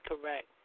correct